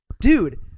Dude